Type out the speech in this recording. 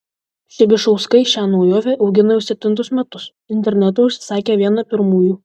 pšibišauskai šią naujovę augina jau septintus metus internetu užsisakė vieną pirmųjų